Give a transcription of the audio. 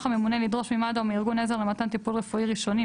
הממונה לדרוש ממד"א או מארגון עזר למתן טיפול רפואי ראשוני,